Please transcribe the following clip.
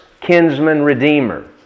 kinsman-redeemer